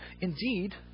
Indeed